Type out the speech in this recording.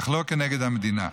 אך לא כנגד המדינה,